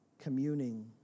communing